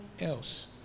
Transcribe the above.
else